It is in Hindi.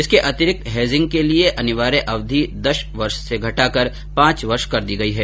इसके अतिरिक्त हेजिंग के लिए अनिवार्य अवधि दस वर्ष से घटाकर पांच वर्ष कर दी गई है